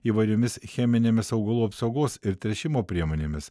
įvairiomis cheminėmis augalų apsaugos ir tręšimo priemonėmis